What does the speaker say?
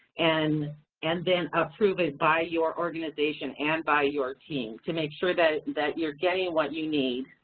and and then approve it by your organization and by your team to make sure that that you're getting what you need.